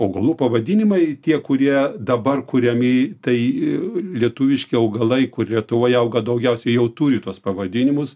augalų pavadinimai tie kurie dabar kuriami tai lietuviški augalai kur lietuvoj auga daugiausiai jau turi tuos pavadinimus